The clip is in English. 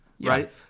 right